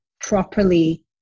properly